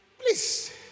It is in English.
Please